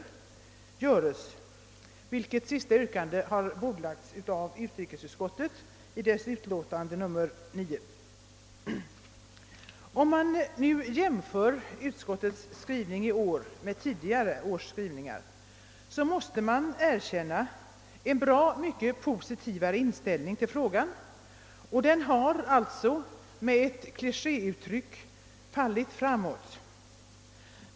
Det sistnämnda yrkandet har behandlats av utrikesutskottet i dess utlåtande nr 9, medan motionerna i övrigt behandlas i statsutskottets utlåtande nr 82. Om man jämför statsutskottets skrivning i år med tidigare års skrivningar måste man erkänna att inställningen till frågan nu är mycket mera positiv — frågan har alltså, för att använda ett klichéuttryck, fallit framåt.